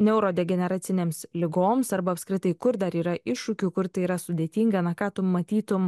neurodegeneracinėms ligoms arba apskritai kur dar yra iššūkių kur tai yra sudėtinga na ką tu matytum